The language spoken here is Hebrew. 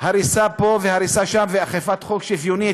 בהריסה פה והריסה שם ואכיפת חוק שוויונית,